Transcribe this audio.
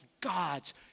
God's